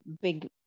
big